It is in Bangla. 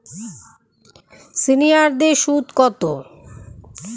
সিনিয়ারদের সুদ কত?